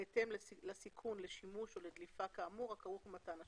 בהתאם לסיכון לשימוש או לדליפה כאמור הכרך במתן השירות.